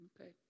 Okay